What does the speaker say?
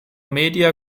media